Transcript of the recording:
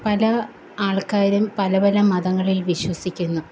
പല ആള്ക്കാരും പലപല മതങ്ങളില് വിശ്വസിക്കുന്നു